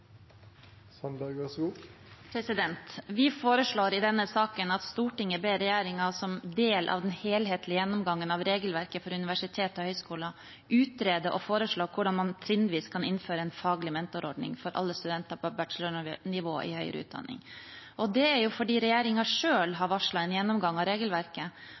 Vi foreslår i denne saken at «Stortinget ber regjeringen som del av den helhetlige gjennomgangen av regelverket for universiteter og høyskoler, utrede og foreslå hvordan man trinnvis kan innføre en faglig mentorordning for alle studenter på bachelornivå i høyere utdanning». Det er fordi regjeringen selv har varslet en gjennomgang av regelverket,